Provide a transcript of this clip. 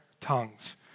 tongues